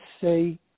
say